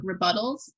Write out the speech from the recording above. rebuttals